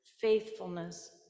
faithfulness